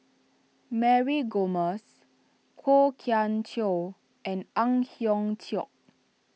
Mary Gomes Kwok Kian Chow and Ang Hiong Chiok